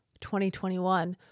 2021